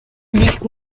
liegt